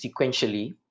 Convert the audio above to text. sequentially